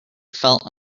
felt